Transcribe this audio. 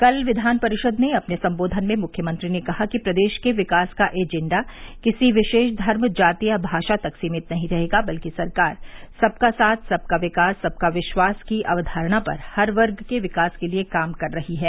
कल विधान परिषद में अपने सम्बोधन में मुख्यमंत्री ने कहा कि प्रदेश के विकास का एजेंडा किसी विशेष धर्म जाति या भाषा तक सीमित नहीं रहेगा बल्कि सरकार सबका साथ सबका विकास सबका विश्वास की अवधारणा पर हर वर्ग के विकास के लिये काम कर रही है